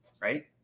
Right